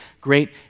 great